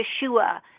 Yeshua